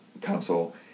console